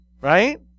right